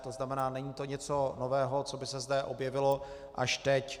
To znamená, není to nic nového, co by se zde objevilo až teď.